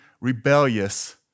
rebellious